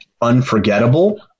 Unforgettable